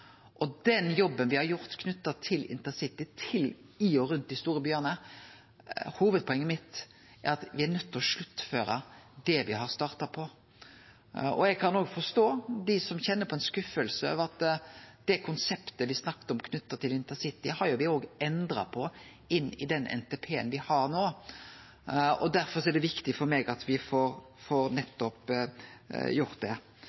den jobben me har gjort knytt til intercity i og rundt dei store byane, er hovudpoenget mitt at me er nøydde til å sluttføre det me har starta på. Eg kan òg forstå dei som kjenner på ein skuffelse over at me, i den NTP-en me har no, har endra på det konseptet me har snakka om for intercity, og derfor er det viktig for meg at me får gjort det.